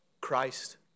Christ